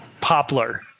poplar